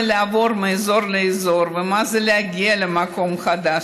לעבור מאזור לאזור ומה זה להגיע למקום חדש.